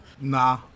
Nah